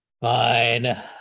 Fine